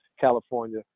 California